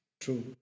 True